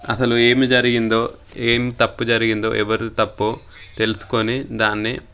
అసలు ఏం జరిగిందో ఏం తప్పు జరిగిందో ఎవరిది తప్పు తెలుసుకుని దాన్ని